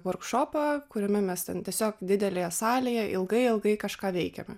vorkšopą kuriame mes ten tiesiog didelėje salėje ilgai ilgai kažką veikiame